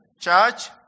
Church